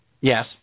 Yes